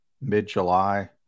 mid-July